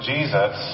Jesus